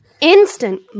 Instant